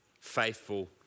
faithful